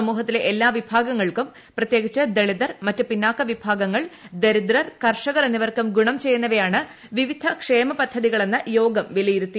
സമൂഹത്തിലെ എല്ലാ വിഭാഗ്ങ്ങൾക്കും പ്രത്യേകിച്ച് ദളിതർ മറ്റ് പിന്നാക്ക വിഭാഗങ്ങൾ ദരിദ്രർ കർഷകർ എന്നിവർക്കും ഗുണം ചെയ്യുന്നവയാണ് വിവിധ ക്ഷേമ പദ്ധതികളെന്ന് യോഗം വിലയിരുത്തി